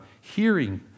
hearing